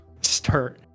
Start